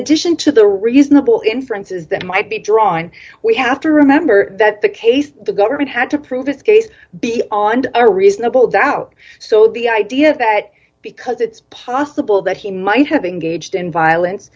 addition to the reasonable inferences that might be drawn we have to remember that the case the government had to prove its case beyond a reasonable doubt so the idea that because it's possible that he might have been gauged in violence